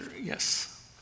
yes